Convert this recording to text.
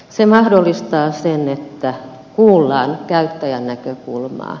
se mahdollistaa sen että kuullaan käyttäjän näkökulmaa